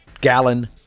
gallon